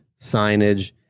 signage